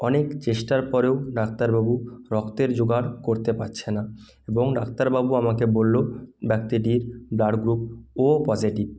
অনেক চেষ্টার পরেও ডাক্তার বাবু রক্তের যোগাড় করতে পারছে না এবং ডাক্তার বাবু আমাকে বললো ব্যক্তিটির ব্লাড গ্রুপ ও পজেটিভ